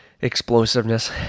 explosiveness